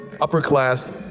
upper-class